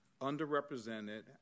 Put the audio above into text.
underrepresented